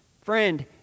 Friend